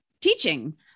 teaching